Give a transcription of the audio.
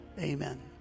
Amen